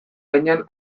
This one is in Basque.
gainean